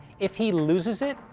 if he loses it,